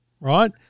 right